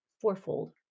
fourfold